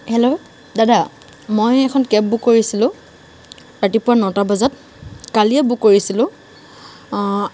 hello দাদা মই এখন কেব বুক কৰিছিলোঁ ৰাতিপুৱা নটা বজাত কালিয়ে বুক কৰিছিলোঁ